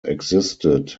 existed